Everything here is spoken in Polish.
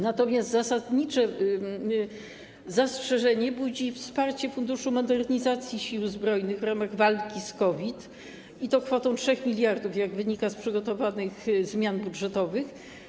Natomiast zasadnicze zastrzeżenie budzi wsparcie Funduszu Modernizacji Sił Zbrojnych w ramach walki z COVID, i to kwotą 3 mld, jak wynika z przygotowanych zmian budżetowych.